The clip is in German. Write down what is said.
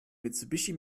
mitsubishi